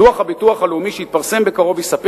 דוח הביטוח הלאומי שיתפרסם בקרוב יספר